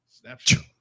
Snapshot